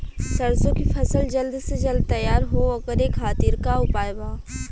सरसो के फसल जल्द से जल्द तैयार हो ओकरे खातीर का उपाय बा?